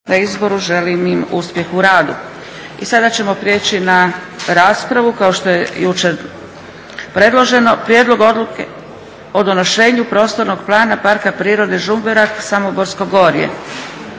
**Zgrebec, Dragica (SDP)** I sada ćemo priječi na raspravu kao što je jučer preloženo. - Prijedlog odluke o donošenju prostornog plana Parka prirode Žumberak – Samoborsko gorje.